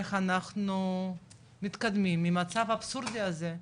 איך אנחנו מתקדמים עם המצב האבסורדי הזה.